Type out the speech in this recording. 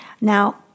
Now